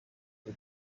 ari